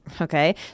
okay